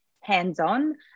hands-on